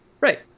Right